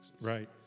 Right